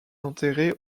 enterré